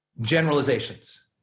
Generalizations